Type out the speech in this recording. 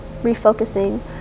refocusing